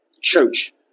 church